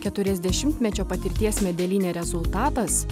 keturiasdešimtmečio patirties medelyne rezultatas